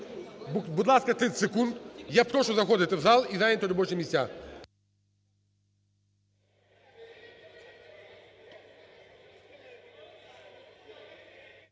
Будь ласка, 30 секунд. Я прошу заходити у зал і зайняти робочі місця.